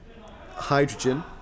hydrogen